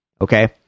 okay